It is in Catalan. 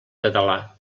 català